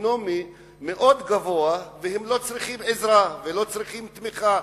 סוציו-אקונומי מאוד גבוה והם לא צריכים עזרה ולא צריכים תמיכה.